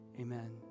Amen